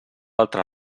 altre